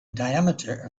diameter